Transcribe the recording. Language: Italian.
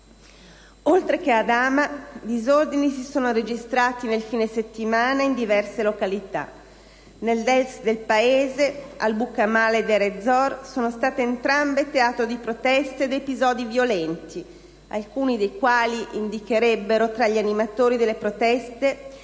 Oltre che a Hama, disordini si sono registrati nel fine settimana in diverse località. Nell'Est del Paese, Al Bukamal e Deir Ezzor sono state entrambe teatro di proteste ed episodi violenti, alcuni dei quali indicherebbero che tra gli animatori delle proteste ci sono